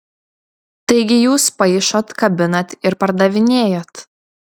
taigi jūs paišot kabinat ir pardavinėjat